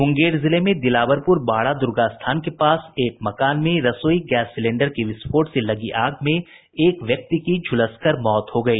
मुंगेर जिले में दिलावरपुर बाड़ा दुर्गास्थान के पास एक मकान में रसोई गैस सिलेंडर के विस्फोट से लगी आग में एक व्यक्ति की झुलसकर मौत हो गई